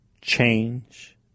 change